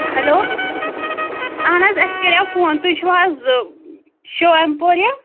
hello اَہَن حظ اَسہِ کٔریٛاو فون تُہۍ چھِوا حظ شِوام پوٗرِ